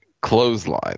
clothesline